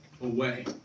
away